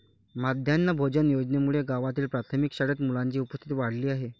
माध्यान्ह भोजन योजनेमुळे गावातील प्राथमिक शाळेत मुलांची उपस्थिती वाढली आहे